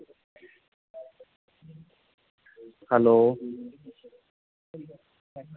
hello